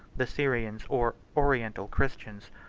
the syrians, or oriental christians,